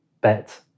bet